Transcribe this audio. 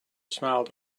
smiled